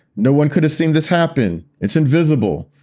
no one could have seen this happen. it's invisible.